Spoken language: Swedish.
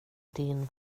din